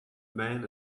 man